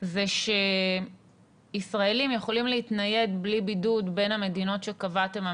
זה שישראלים יכולים להתנייד בלי בידוד בין המדינות שקבעתם,